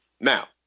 Now